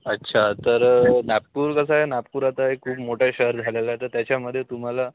अच्छा तर नागपूर कसं आहे नागपूर आता एक खूप मोठा शहर झालेला आहे तर त्याच्यामध्ये तुम्हाला